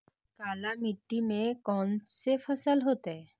काला मिट्टी में कौन से फसल होतै?